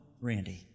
Randy